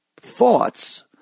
thoughts